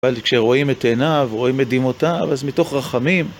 אבל כשרואים את עיניו, רואים את דמעותיו, אז מתוך רחמים...